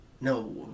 no